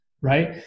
right